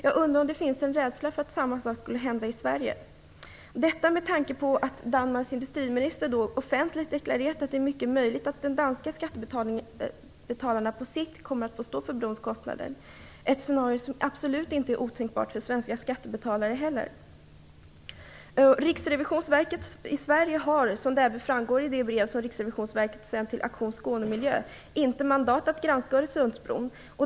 Jag undrar om det finns någon rädsla för att samma sak skulle hända i Sverige, särskilt med tanke på att Danmarks industriminister offentligt deklarerat att det är mycket möjligt att de danska skattebetalarna på sikt kommer att få stå för brons kostnader - ett scenario som absolut inte är otänkbart även för de svenska skattebetalarna. Riksrevisionsverket i Sverige har, som även framgår av det brev som Riksrevisionsverket sänt till Aktion Skåne-Miljö, inte mandat att granska Öresundsbron.